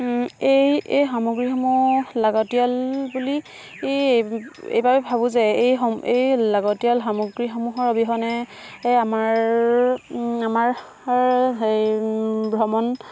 এই সামগ্ৰীসমূহ লাগতিয়াল বুলি এই এইবাবে ভাবোঁ যে এই লাগতিয়াল সামগ্ৰীসমূহৰ অবিহনে এই আমাৰ আমাৰ হেই ভ্ৰমণ